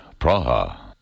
Praha. (️